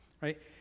right